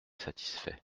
satisfait